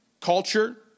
culture